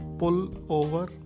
pullover